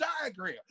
diagram